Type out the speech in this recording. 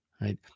right